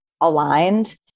aligned